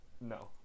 no